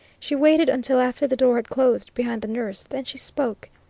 she waited until after the door had closed behind the nurse, then she spoke.